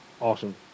Awesome